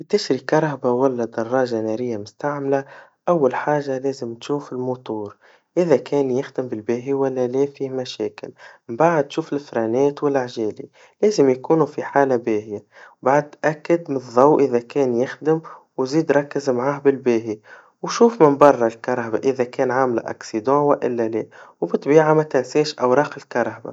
كي تشري سيارة ولا دراجا ناريا مستعملا, أول حاجا لازم تشوف الموتور, إذا كان يخدم بالباهي ولا لا في مشاكل, وبعد شوف الفرامات والعجلات, لازم يكونوا في حالا باهيا, وبعد تأكد من الضو إذا كان يخدم, وزيد ركز معاه بالباهي, وشوف من برا السيارا إذا كان عاملا حادثة ولا لا, وبالبياعا متنساش أورق السيارا.